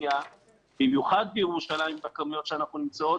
במיוחד בירושלים בכמויות שאנחנו נמצאים,